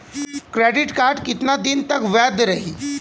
Credit card कितना दिन तक वैध रही?